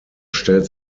stellt